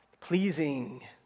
pleasing